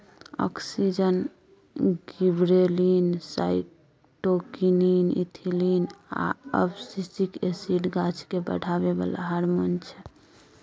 auxin, gibberellin, cytokinin, ethylene आ abscisic acid गाछकेँ बढ़ाबै बला हारमोन छै